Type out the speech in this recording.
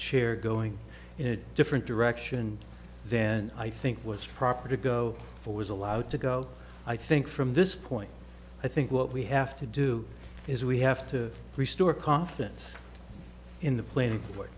chair going in a different direction then i think what's proper to go for was allowed to go i think from this point i think what we have to do is we have to restore confidence in the plane